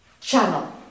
channel